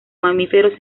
mamíferos